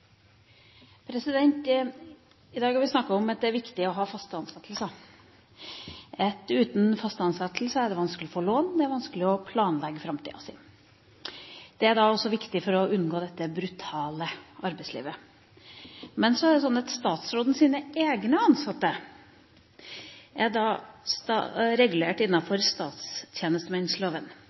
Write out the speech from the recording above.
viktig å ha faste ansettelser, at uten faste ansettelser er det vanskelig å få lån – det er vanskelig å planlegge framtida si. Det er også viktig for å unngå dette brutale arbeidslivet. Men det er sånn at statsrådens egne ansatte er